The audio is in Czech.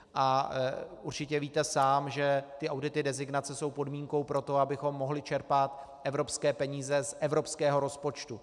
A určitě víte sám, že ty audity designace jsou podmínkou pro to, abychom mohli čerpat evropské peníze z evropského rozpočtu.